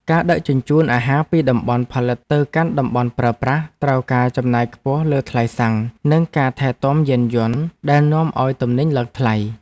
ការដឹកជញ្ជូនអាហារពីតំបន់ផលិតទៅកាន់តំបន់ប្រើប្រាស់ត្រូវការចំណាយខ្ពស់លើថ្លៃសាំង និងការថែទាំយានយន្តដែលនាំឱ្យទំនិញឡើងថ្លៃ។